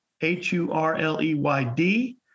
h-u-r-l-e-y-d